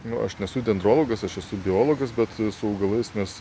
nu aš nesu dendrologas aš esu biologas bet su augalais mes